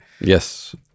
yes